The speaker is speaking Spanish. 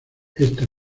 esta